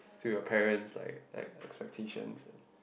to your parents like like expectations and